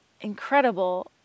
incredible